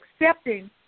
accepting